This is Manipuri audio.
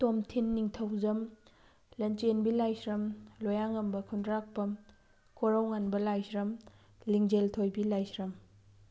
ꯇꯣꯝꯊꯤꯟ ꯅꯤꯡꯊꯧꯖꯝ ꯂꯟꯆꯦꯟꯕꯤ ꯂꯥꯏꯁ꯭ꯔꯝ ꯂꯣꯌꯥꯉꯝꯕ ꯈꯨꯟꯗ꯭ꯔꯛꯐꯝ ꯀꯣꯔꯧꯉꯥꯟꯕ ꯂꯥꯏꯁ꯭ꯔꯝ ꯂꯤꯡꯖꯦꯜ ꯊꯣꯏꯕꯤ ꯂꯥꯏꯁ꯭ꯔꯝ